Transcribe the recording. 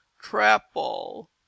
trap-ball